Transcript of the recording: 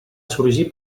sorgir